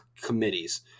committees